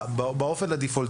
כברירת מחדל,